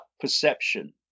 perception